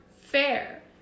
fair